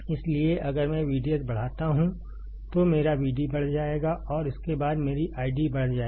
इसलिए अगर मैं VDS बढ़ाता हूं तो मेरा VD बढ़ जाएगा और इसके बाद मेरी आईडी बढ़ जाएगी